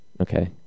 Okay